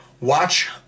watch